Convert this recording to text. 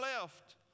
left